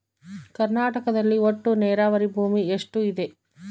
ಕರ್ನಾಟಕದಲ್ಲಿ ಒಟ್ಟು ನೇರಾವರಿ ಭೂಮಿ ಎಷ್ಟು ಇದೆ?